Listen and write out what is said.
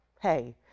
hey